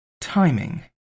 Timing